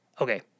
Okay